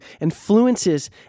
influences